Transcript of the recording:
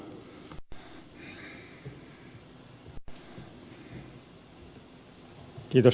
herra puhemies